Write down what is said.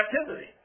captivity